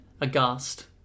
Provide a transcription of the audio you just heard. aghast